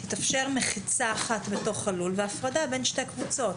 תתאפשר מחיצה אחת בתוך הלול והפרדה בין שתי קבוצות.